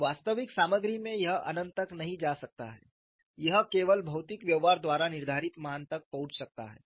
एक वास्तविक सामग्री में यह अनंत तक नहीं जा सकता है यह केवल भौतिक व्यवहार द्वारा निर्धारित मान तक पहुंच सकता है